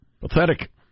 Pathetic